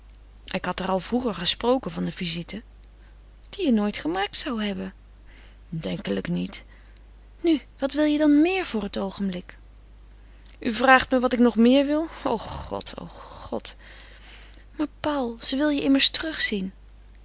ik had haar al vroeger gesproken van een visite die je nooit gemaakt zou hebben denkelijk niet nu wat wil je dan meer voor het oogenblik u vraagt me wat ik nog meer wil o god o god maar paul ze wil je immers